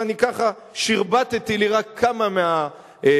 ואני ככה שרבטתי לי רק כמה מהדברים,